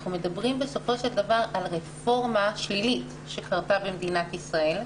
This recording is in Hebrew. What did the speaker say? אנחנו מדברים בסופו של דבר על רפורמה שלילית שקרתה במדינת ישראל,